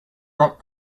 that